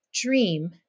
dream